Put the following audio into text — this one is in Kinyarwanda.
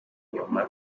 inyuma